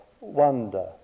wonder